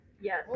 Yes